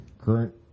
current